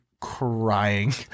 crying